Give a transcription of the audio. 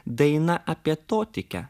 daina apie totikę